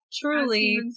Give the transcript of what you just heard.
Truly